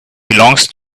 belongs